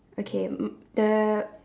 okay um uh